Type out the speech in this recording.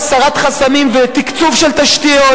אין הקלות בהסרת חסמים ותקצוב של תשתיות.